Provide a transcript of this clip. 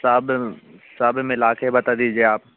सब सब मिलाके बता दीजिए आप